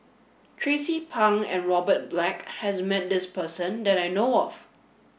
Tracie Pang and Robert Black has met this person that I know of